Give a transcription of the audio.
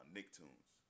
Nicktoons